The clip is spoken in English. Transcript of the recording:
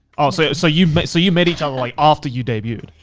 oh, so so you met so you met each other, like after you debuted?